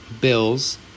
Bills